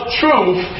truth